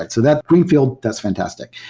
so that greenf ield does fantastic.